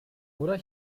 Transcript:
oder